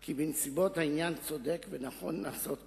כי בנסיבות העניין צודק ונכון לעשות כן,